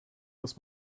muss